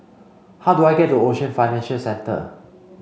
how do I get to Ocean Financial Centre